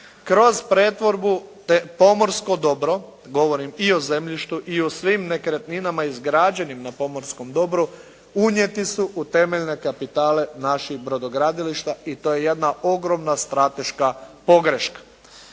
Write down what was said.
kroz pretvorbu pomorsko dobro, govorim i o zemljištu i o svim nekretninama izgrađenim na pomorskom dobru, unijeti su u temeljne kapitale naših brodogradilišta i to je jedna ogromna strateška pogreška.